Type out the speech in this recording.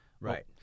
Right